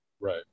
Right